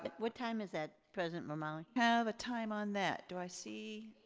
but what time is that, president romali? have a time on that? do i see?